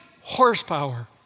horsepower